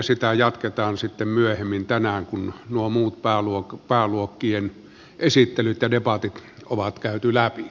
sitä jatketaan myöhemmin tänään kun muut pääluokkien esittelyt ja debatit on käyty läpi